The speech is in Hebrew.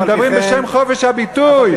הם מדברים בשם חופש הביטוי,